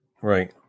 Right